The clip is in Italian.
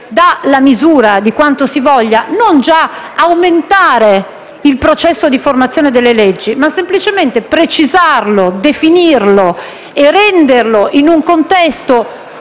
dà la misura di quanto si voglia, non già aumentare il processo di formazione delle leggi, ma - semplicemente - precisarlo, definirlo e renderlo in un contesto